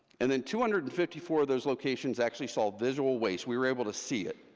and then two hundred and fifty four of those locations actually saw visual waste, we were able to see it.